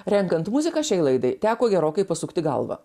renkant muziką šiai laidai teko gerokai pasukti galvą